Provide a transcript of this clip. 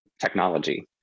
technology